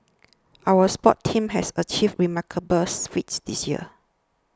our sports teams have achieved remarkables feats this year